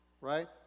right